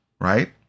right